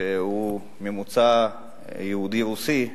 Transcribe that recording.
הוא ממוצא יהודי רוסי,